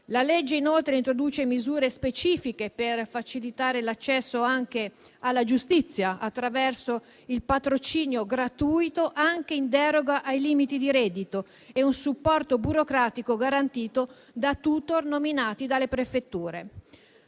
inoltre, introduce misure specifiche per facilitare l'accesso alla giustizia attraverso il patrocinio gratuito, anche in deroga ai limiti di reddito, e un supporto burocratico garantito da *tutor* nominati dalle prefetture.